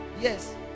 Yes